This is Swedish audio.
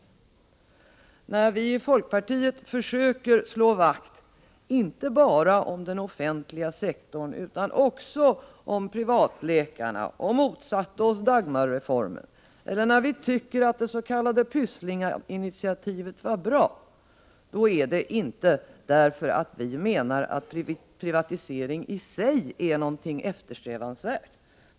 När vi i folkpartiet försöker slå vakt, inte bara om den offentliga sektorn utan också om privatläkarna, och motsätter oss Dagmarreformen, eller när vi tycker att dets.k. Pysslinginitiativet var bra, beror det inte på att vi menar att privatisering i sig är eftersträvansvärd.